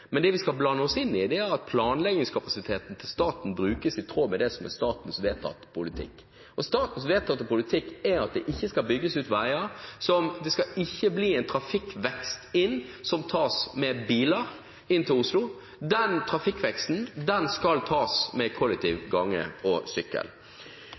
Men det vi skal blande oss inn i, er at planleggingskapasiteten til staten brukes i tråd med det som er statens vedtatte politikk. Statens vedtatte politikk er at det ikke skal bygges ut veier. Det skal ikke bli en trafikkvekst med biler inn til Oslo. Den trafikkveksten skal tas med kollektivtransport, gange og sykkel.